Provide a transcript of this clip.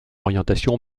orientation